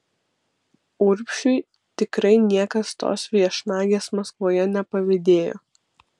urbšiui tikrai niekas tos viešnagės maskvoje nepavydėjo